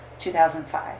2005